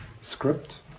script